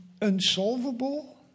unsolvable